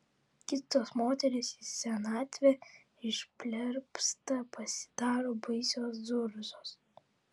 kitos moterys į senatvę išplerpsta pasidaro baisios zurzos